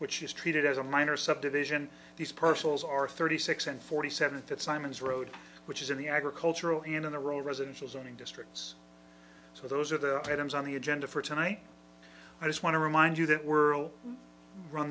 which is treated as a minor subdivision these personals are thirty six and forty seven fitz simons road which is in the agricultural and in a row residential zoning districts so those are the items on the agenda for tonight i just want to remind you that world run